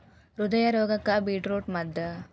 ಹೃದಯದ ರೋಗಕ್ಕ ಬೇಟ್ರೂಟ ಮದ್ದ